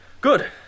Good